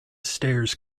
stairs